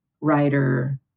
writer